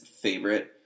favorite